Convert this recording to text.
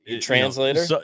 translator